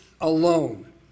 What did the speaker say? alone